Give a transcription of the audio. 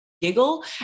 giggle